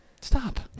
Stop